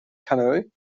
canoe